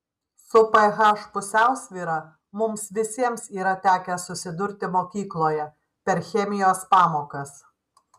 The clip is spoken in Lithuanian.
su ph pusiausvyra mums visiems yra tekę susidurti mokykloje per chemijos pamokas